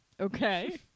Okay